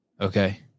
Okay